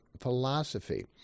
Philosophy